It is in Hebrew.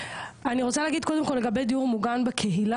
אני רוצה להגיד קודם כל לגבי דיור מוגן בקהילה,